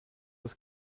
ist